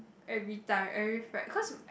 every time every fri~ cause